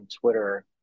Twitter